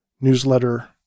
newsletter